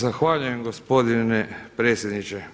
Zahvaljujem gospodine predsjedniče.